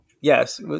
yes